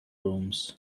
rooms